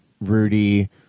Rudy